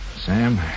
Sam